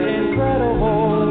incredible